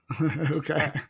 Okay